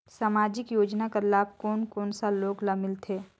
समाजिक योजना कर लाभ कोन कोन सा लोग ला मिलथे?